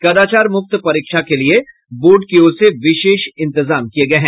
कदाचार मुक्त परीक्षा के लिए बोर्ड की ओर से विशेष इंतजाम किये गये हैं